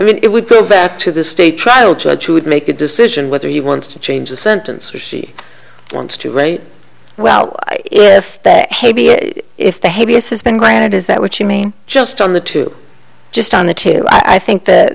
i mean it would go back to the state trial judge would make a decision whether he wants to change the sentence or she wants to write well if that if the heaviest has been granted is that what you mean just on the two just on the two i think that